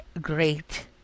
great